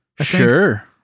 Sure